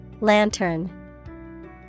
Lantern